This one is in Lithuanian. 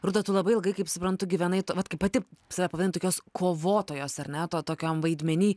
rūta tu labai ilgai kaip suprantu gyvenai to vat kaip pati save vadinai tokios kovotojos ar net to tokiam vaidmeny